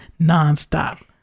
nonstop